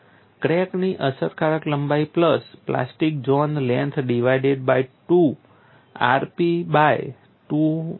ક્રેકની અસરકારક લંબાઈ plus plastic zone length divided by 2 rp by 2 વડે છે